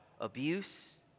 abuse